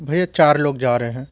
भैया चार लोग जा रहे हैं